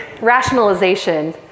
rationalization